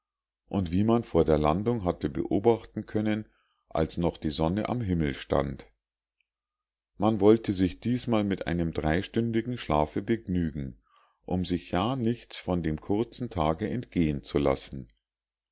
und wie man vor der landung hatte beobachten können als noch die sonne am himmel stand man wollte sich diesmal mit einem dreistündigen schlafe begnügen um sich ja nichts von dem kurzen tage entgehen zu lassen